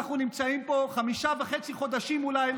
אנחנו נמצאים פה חמישה וחצי חודשים אולי,